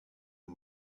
who